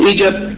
Egypt